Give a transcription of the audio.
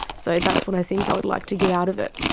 so that's what i think i would like to get out of it.